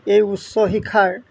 এই উচ্চ শিক্ষাৰ